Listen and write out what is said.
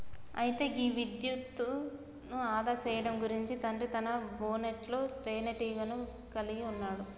అయితే గీ విద్యుత్ను ఆదా సేయడం గురించి తండ్రి తన బోనెట్లో తీనేటీగను కలిగి ఉన్నాడు